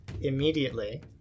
Immediately